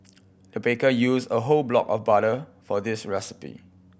the baker used a whole block of butter for this recipe